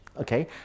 okay